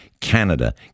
Canada